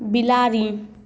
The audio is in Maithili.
बिलाड़ि